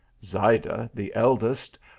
zayda, the eldest,